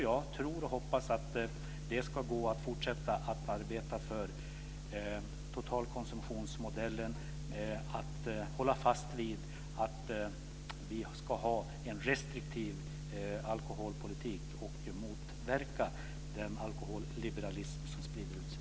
Jag tror och hoppas att det ska gå att fortsätta att arbeta för totalkonsumtionsmodellen, hålla fast vid en restriktiv alkoholpolitik och motverka den alkoholliberalism som sprider sig.